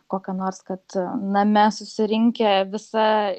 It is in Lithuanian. kokią nors kad name susirinkę visa